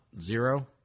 zero